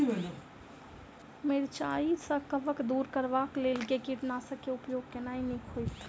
मिरचाई सँ कवक दूर करबाक लेल केँ कीटनासक केँ उपयोग केनाइ नीक होइत?